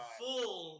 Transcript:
full